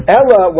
Ella